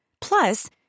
Plus